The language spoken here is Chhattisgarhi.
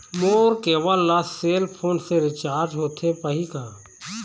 मोर केबल ला सेल फोन से रिचार्ज होथे पाही का?